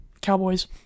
Cowboys